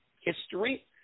history